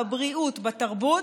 בבריאות בתרבות,